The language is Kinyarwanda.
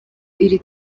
iri